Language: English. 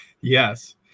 Yes